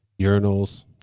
urinals